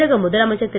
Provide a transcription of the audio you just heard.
தமிழக முதலமைச்சர் திரு